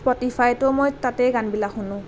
স্প্ৰ্টিফাইতো মই তাতেই গানবিলাক শুনো